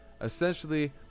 Essentially